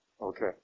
Okay